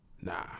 Nah